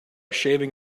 shaving